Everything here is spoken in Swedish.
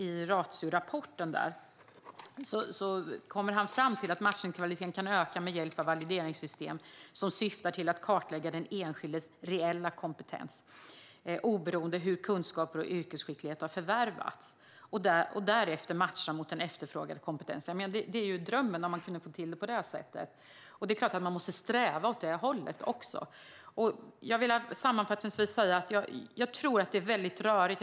I Ratiorapporten kommer Alexandru Panican fram till att matchningskvaliteten kan ökas med hjälp av valideringssystem som syftar till att kartlägga den enskildes reella kompetens, oberoende av hur kunskaper och yrkesskicklighet har förvärvats, och därefter matcha mot den efterfrågade kompetensen. Det är ju drömmen att kunna få till det på det sättet, och det är klart att man måste sträva åt det hållet. Jag vill sammanfattningsvis säga att jag tror att det är väldigt rörigt.